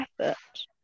effort